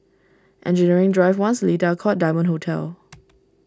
Engineering Drive one Seletar Court and Diamond Hotel